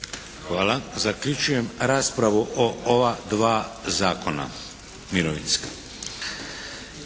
Hvala. Zaključujem raspravu o ova dva zakona